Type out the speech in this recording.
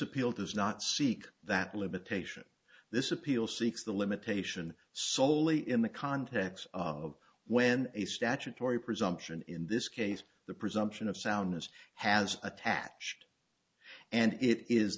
appeal does not seek that limitation this appeal seeks the limitation soley in the context of when a statutory presumption in this case the presumption of soundness has attached and it is